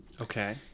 Okay